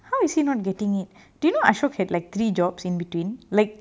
how is he not getting it didn't ahshok had like three jobs in between like